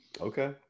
Okay